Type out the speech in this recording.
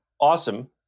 awesome